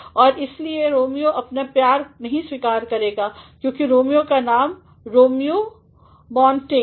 और इसीलिए रोमियो अपना प्यार नहीं स्वीकार करेगा क्योंकि रोमियो का नाम रोमियो मौंटेग है